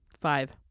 five